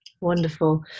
Wonderful